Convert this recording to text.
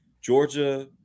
Georgia